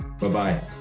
Bye-bye